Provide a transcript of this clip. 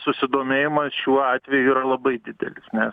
susidomėjimas šiuo atveju yra labai didelis nes